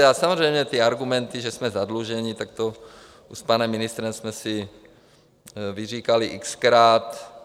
A samozřejmě ty argumenty, že jsme zadlužení, tak to s panem ministrem jsme si vyříkali xkrát.